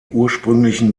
ursprünglichen